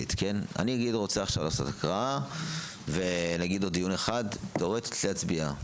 נגיד שאני רוצה לעשות הקראה ובעוד דיון אחד תיאורטית להצביע.